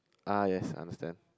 ah yes understand